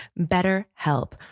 BetterHelp